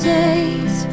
days